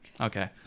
Okay